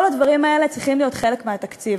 כל הדברים האלה צריכים להיות חלק מהתקציב.